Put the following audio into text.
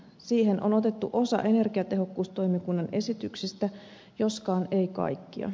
siihen on otettu osa energiatehokkuustoimikunnan esityksistä joskaan ei kaikkia